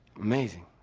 amazing.